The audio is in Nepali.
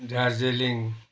दार्जिलिङ